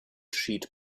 schied